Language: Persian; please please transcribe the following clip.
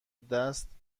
دست